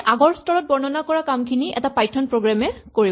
আমি আগৰ স্তৰত বৰ্ণনা কৰা কামখিনি এটা পাইথন প্ৰগ্ৰেম এ কৰিব